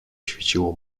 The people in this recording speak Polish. świeciło